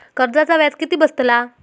कर्जाचा व्याज किती बसतला?